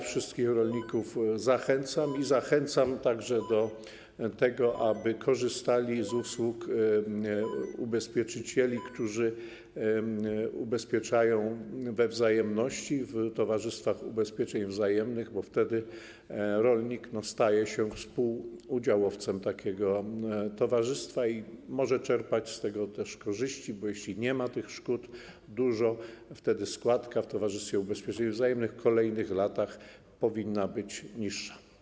Wszystkich rolników zachęcam i zachęcam także do tego, aby korzystali z usług ubezpieczycieli, którzy ubezpieczają we wzajemności w towarzystwach ubezpieczeń wzajemnych, bo wtedy rolnik staje się współudziałowcem takiego towarzystwa i może czerpać z tego też korzyści, bo jeśli nie ma dużo tych szkód, to wtedy składka w towarzystwie ubezpieczeń wzajemnych w kolejnych latach powinna być niższa.